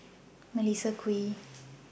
Melissa Kwee